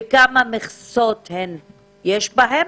וכמה מכסות יש בהן?